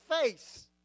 face